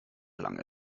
lange